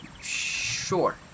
sure